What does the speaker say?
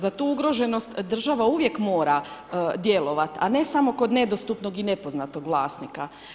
Za tu ugroženost država uvijek mora djelovati, a ne samo kod nedostupnog i nepoznatog vlasnika.